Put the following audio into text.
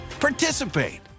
participate